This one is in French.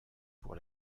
pour